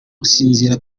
gusinzira